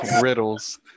riddles